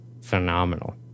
phenomenal